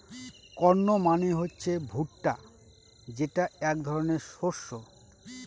corn মানে হচ্ছে ভুট্টা যেটা এক ধরনের শস্য